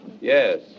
Yes